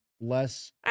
Less